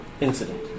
incident